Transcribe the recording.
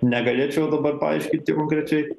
negalėčiau dabar paaiškinti konkrečiai